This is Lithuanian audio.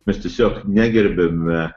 mes tiesiog negerbiame